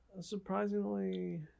surprisingly